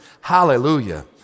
Hallelujah